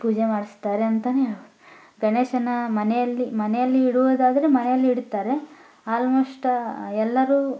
ಪೂಜೆ ಮಾಡಿಸ್ತಾರೆ ಅಂತನೇ ಹೇಳ್ಬೋದು ಗಣೇಶನ ಮನೆಯಲ್ಲಿ ಮನೆಯಲ್ಲಿ ಇಡುವುದಾದರೆ ಮನೆಯಲ್ಲಿ ಇಡ್ತಾರೆ ಆಲ್ಮೋಸ್ಟ ಎಲ್ಲರೂ